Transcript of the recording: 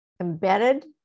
embedded